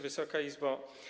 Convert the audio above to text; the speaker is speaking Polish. Wysoka Izbo!